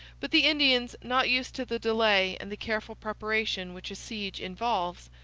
but the indians, not used to the delay and the careful preparation which a siege involves,